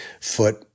foot